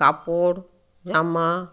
কাপড় জামা